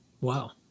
Wow